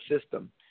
system